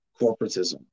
corporatism